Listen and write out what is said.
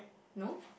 no